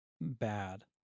bad